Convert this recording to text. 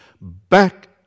back